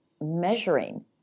measuring